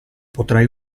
potrai